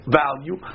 value